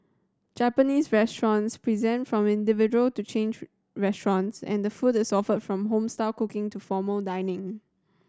Japanese restaurants present from individual to chain restaurants and the food is offered from home style cooking to formal dining